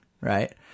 right